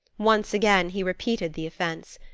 once again he repeated the offense.